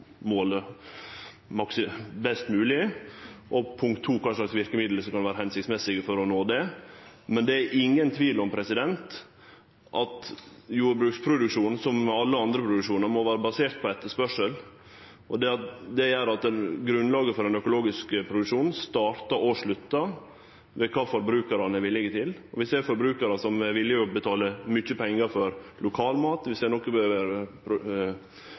målet – best mogleg – og også kva slags verkemiddel som kan vere hensiktsmessige for å nå det. Men det er ingen tvil om at jordbruksproduksjonen, som alle andre produksjonar, må vere basert på etterspørsel. Det gjer at grunnlaget for ein økologisk produksjon startar og sluttar med kva forbrukarane er villige til. Vi ser forbrukarar som er villige til å betale mykje pengar for lokal mat, vi ser